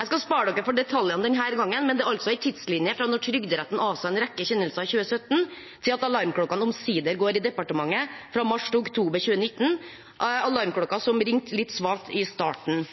Jeg skal spare dere for detaljene denne gangen, men det er altså en tidslinje fra da Trygderetten avsa en rekke kjennelser i 2017, til alarmklokkene omsider går i departementet fra mars til oktober 2019, alarmklokker som ringte litt svakt i starten.